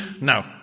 No